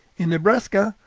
in nebraska,